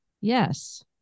Yes